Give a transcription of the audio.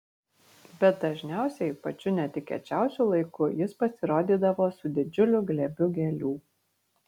bet dažniausiai pačiu netikėčiausiu laiku jis pasirodydavo su didžiuliu glėbiu gėlių